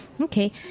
okay